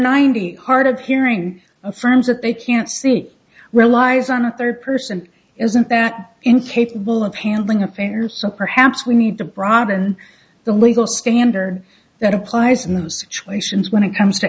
ninety hard of hearing firms that they can't see relies on a third person isn't that incapable of handling a fair sum perhaps we need to broaden the legal standard that applies in those situations when it comes to